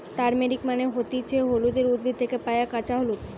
turmeric মানে হতিছে হলুদের উদ্ভিদ থেকে পায়া কাঁচা হলুদ